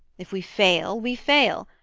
if we fail, we fail,